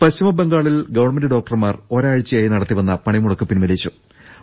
പശ്ചിമ ബംഗാളിൽ ഗവൺമെന്റ് ഡോക്ടർമാർ ഒരാഴ്ച യായി നടത്തിവന്ന പണിമുടക്ക് പിൻവലിച്ചു്